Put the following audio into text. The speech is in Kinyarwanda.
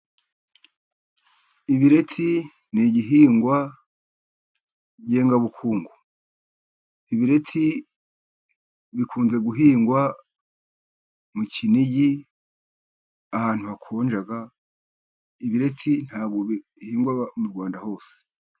Ibireti ni igihingwa ngengabukungu. Ibireti bikunze guhingwa mu Kinigi, ahantu hakonja. Ibireti ntabwo bihingwa mu Rwanda hose.